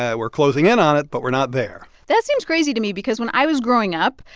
ah we're closing in on it, but we're not there that seems crazy to me because when i was growing up,